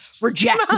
reject